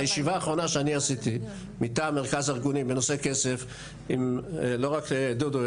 הישיבה האחרונה שאני עשיתי מטעם מרכז הארגונים בנושא כסף לא רק עם דודו,